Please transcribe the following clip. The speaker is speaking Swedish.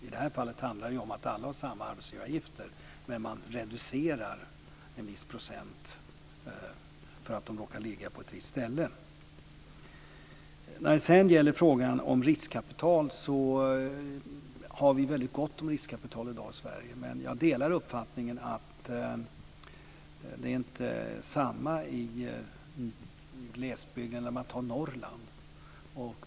I det här fallet handlar det om att alla har samma arbetsgivaravgifter, men man reducerar en viss procent för att företagen råkar ligga på ett visst ställe. Vi har väldigt gott om riskkapital i Sverige i dag. Men jag delar uppfattningen att det inte är samma sak i glesbygden eller Norrland.